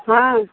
हाँ